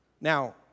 Now